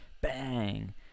bang